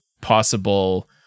possible